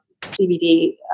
CBD